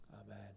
Amen